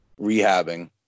rehabbing